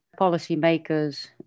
policymakers